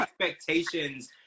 expectations